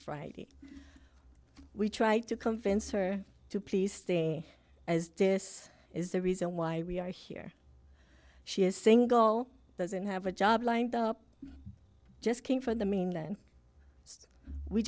friday we try to convince her to please stay as this is the reason why we are here she is single doesn't have a job lined up just came from the mainland we